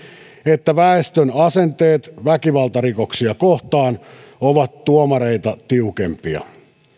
että väestön asenteet väkivaltarikoksia kohtaan ovat tuomareita tiukempia